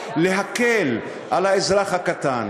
להקל על האזרח הקטן.